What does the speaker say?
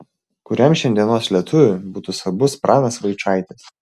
kuriam šiandienos lietuviui būtų svarbus pranas vaičaitis